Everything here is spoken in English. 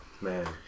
Man